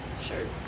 sure